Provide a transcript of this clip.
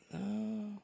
No